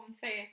face